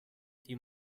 die